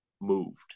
moved